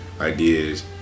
ideas